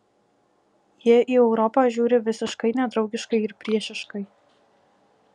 jie į europą žiūri visiškai nedraugiškai ir priešiškai